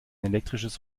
elektrisches